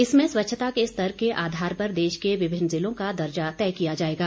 इसमें स्वच्छता के स्तर के आधार पर देश के विभिन्न जिलों का दर्जा तय किया जायेगा